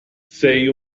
sei